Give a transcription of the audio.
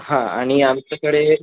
हा आणि आमच्याकडे